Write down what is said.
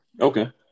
Okay